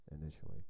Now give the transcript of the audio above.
initially